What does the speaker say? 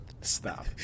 stop